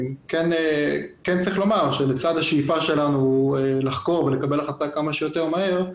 כן צריך לומר שלצד השאיפה שלנו לחקור ולקבל החלטה כמה שיותר מהר,